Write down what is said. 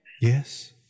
Yes